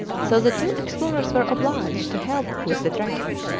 so the two explorers were obliged to help with the dragging.